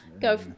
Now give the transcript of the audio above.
Go